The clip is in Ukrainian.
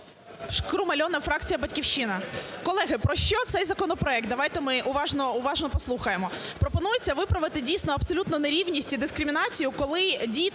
Шкрум Альона, фракція "Батьківщина". Колеги, про що цей законопроект? Давайте ми уважно послухаємо. Пропонується виправити дійсно абсолютну нерівність і дискримінацію, коли діти,